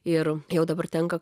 ir jau dabar tenka